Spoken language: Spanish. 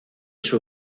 sus